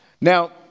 Now